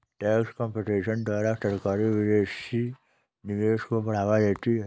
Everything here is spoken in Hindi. टैक्स कंपटीशन के द्वारा सरकारी विदेशी निवेश को बढ़ावा देती है